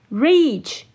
reach